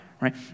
right